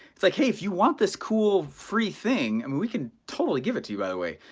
it's like, hey, if you want this cool free thing, i mean we can totally give it to you by the way.